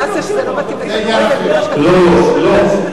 לא, לא.